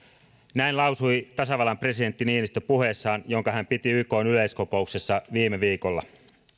näin lausui tasavallan presidentti niinistö puheessaan jonka hän piti ykn yleiskokouksessa viime viikolla